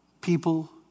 People